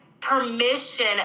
permission